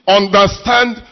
understand